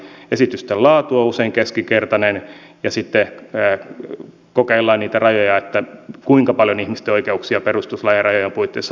esitysten laatu on usein keksinkertainen ja sitten kokeillaan niitä rajoja että kuinka paljon ihmisten oikeuksia perustuslain rajojen puitteissa saa rajoittaa